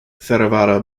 theravada